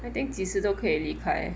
I think 几时都可以离开